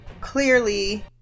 clearly